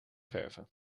verven